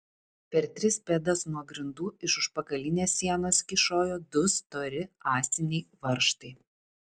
per tris pėdas nuo grindų iš užpakalinės sienos kyšojo du stori ąsiniai varžtai